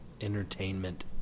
entertainment